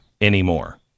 anymore